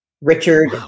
Richard